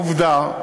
העובדה,